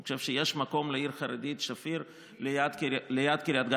אני חושב שיש מקום לעיר החרדית שפיר ליד קריית גת,